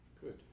Good